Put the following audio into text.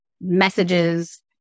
messages